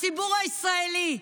הציבור הישראלי,